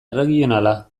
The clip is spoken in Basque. erregionala